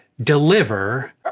deliver